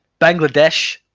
Bangladesh